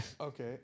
Okay